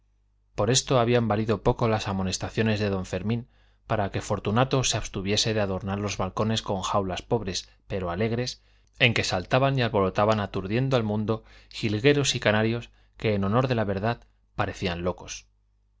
por esto habían valido poco las amonestaciones de don fermín para que fortunato se abstuviese de adornar los balcones con jaulas pobres pero alegres en que saltaban y alborotaban aturdiendo al mundo jilgueros y canarios que en honor de la verdad parecían locos